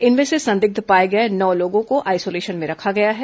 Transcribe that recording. इनमें से संदिग्ध पाए गए नौ लोगों को आईसोलेशन में रखा गया है